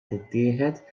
tittieħed